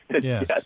Yes